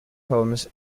problems